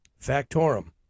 Factorum